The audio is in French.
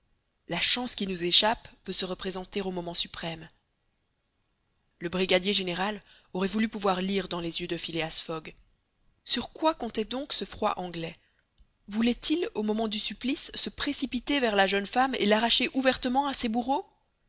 la chance qui nous échappe peut se représenter au moment suprême le brigadier général aurait voulu pouvoir lire dans les yeux de phileas fogg sur quoi comptait donc ce froid anglais voulait-il au moment du supplice se précipiter vers la jeune femme et l'arracher ouvertement à ses bourreaux